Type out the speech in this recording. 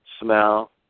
smell